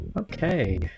Okay